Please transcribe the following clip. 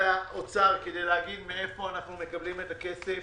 האוצר שיגידו מאיפה אנחנו מקבלים את הכסף